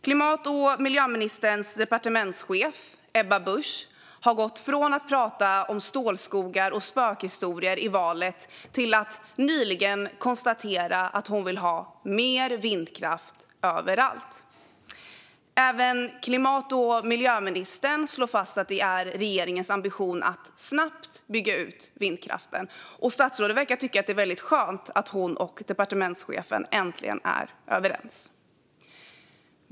Klimat och miljöministerns departementschef Ebba Busch har gått från att i valet prata om stålskogar och spökhistorier till att nyligen konstatera att hon vill ha mer vindkraft överallt. Även klimat och miljöministern slår fast att det är regeringens ambition att snabbt bygga ut vindkraften, och statsrådet verkar tycka att det är väldigt skönt att hon och departementschefen äntligen är överens.